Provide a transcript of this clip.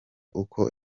uko